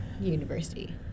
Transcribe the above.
university